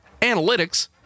analytics